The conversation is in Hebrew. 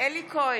אלי כהן,